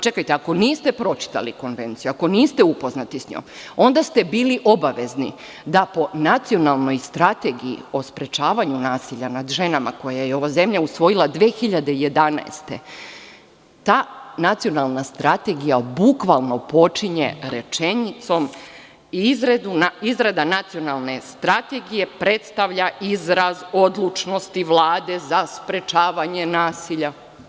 Čekajte, ako niste pročitali Konvenciju, ako niste upoznati sa njom onda ste bili obavezni da po Nacionalnoj strategiji o sprečavanju nasilja nad ženama koju je ova zemlja usvojila 2011. godine, ta nacionalna strategija bukvalno počinje rečenicom – Izrada nacionalne strategije predstavlja izraz odlučnosti Vlade za sprečavanje nasilja.